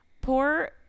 Poor